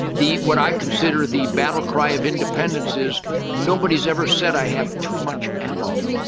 the, what i consider the battle cry of independence is nobody's ever said i have too much ammo.